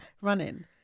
Running